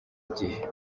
gihe